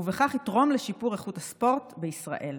ובכך יתרום לשיפור איכות הספורט הישראלי.